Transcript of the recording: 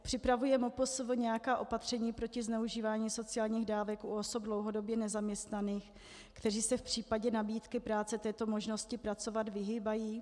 Připravuje MPSV nějaká opatření proti zneužívání sociálních dávek u osob dlouhodobě nezaměstnaných, které se v případě nabídky práce této možnosti pracovat vyhýbají?